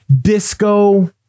disco